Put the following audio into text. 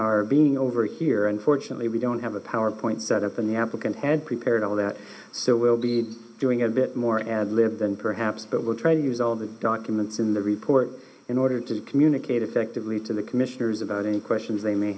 are being over here unfortunately we don't have a power point set up in the applicant had prepared all that so we'll be doing a bit more ad lib then perhaps but we'll try to use all the documents in the report in order to communicate effectively to the commissioners about any questions they may